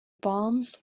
bombs